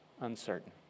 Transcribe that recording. uncertain